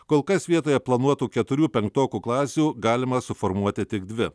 kol kas vietoje planuotų keturių penktokų klasių galima suformuoti tik dvi